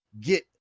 get